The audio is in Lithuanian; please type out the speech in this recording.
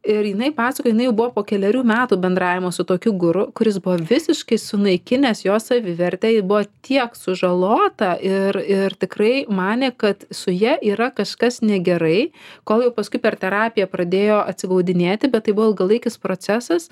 ir jinai pasakojo jinai jau buvo po kelerių metų bendravimo su tokiu guru kuris buvo visiškai sunaikinęs jos savivertę ji buvo tiek sužalota ir ir tikrai manė kad su ja yra kažkas negerai kol jau paskui per terapiją pradėjo atsigaudinėti bet tai buvo ilgalaikis procesas